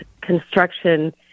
construction